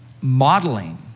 modeling